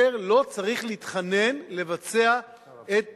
יותר לא צריך להתחנן לבצע את פסק-הדין.